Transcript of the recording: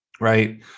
right